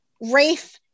Rafe